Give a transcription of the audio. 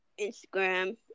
Instagram